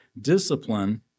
discipline